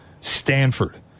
Stanford